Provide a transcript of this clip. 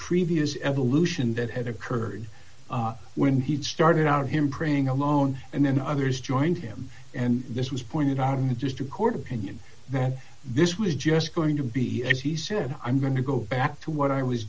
previous evolution that had occurred when he started on him praying alone and then others joined him and this was pointed out in the district court opinion that this was just going to be as he said i'm going to go back to what i was